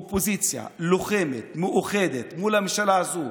אופוזיציה לוחמת, מאוחדת מול הממשלה הזו,